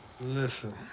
Listen